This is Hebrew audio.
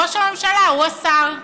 ראש הממשלה הוא השר.